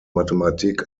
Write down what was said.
mathematik